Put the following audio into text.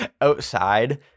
outside